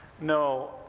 No